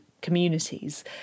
communities